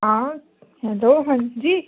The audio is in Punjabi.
ਹਾਂ ਹੈਲੋ ਹਾਂਜੀ